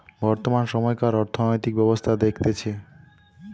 বর্তমান সময়কার অর্থনৈতিক ব্যবস্থা দেখতেছে